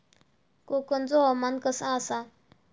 कोकनचो हवामान कसा आसा?